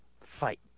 fight